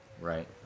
Right